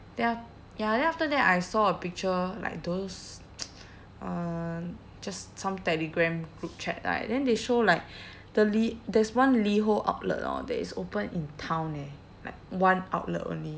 then af~ ya then after that I saw a picture like those uh just some Telegram group chat right then they show like the li~ there's one LiHO outlet hor that is open in town eh like one outlet only